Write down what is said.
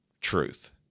truth